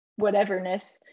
whateverness